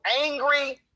angry